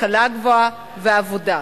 השכלה גבוהה ועבודה.